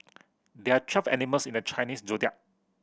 there are twelve animals in the Chinese Zodiac